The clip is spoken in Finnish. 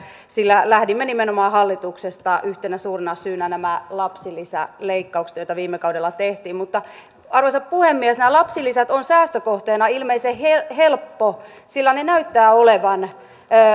sillä lähdimme hallituksesta yhtenä suurena syynä nimenomaan nämä lapsilisäleikkaukset joita viime kaudella tehtiin mutta arvoisa puhemies nämä lapsilisät ovat säästökohteena ilmeisen helppo sillä ne näyttävät olevan